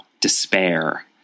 despair